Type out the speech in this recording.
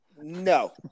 no